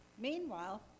Meanwhile